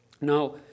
Now